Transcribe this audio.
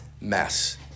mess